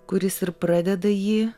kuris ir pradeda jį